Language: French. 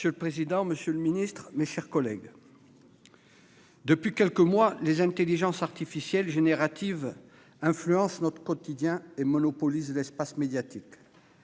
Monsieur le président, monsieur le ministre, mes chers collègues, depuis quelques mois, les intelligences artificielles génératives influencent notre quotidien et monopolisent l'espace médiatique